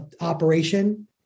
operation